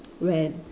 when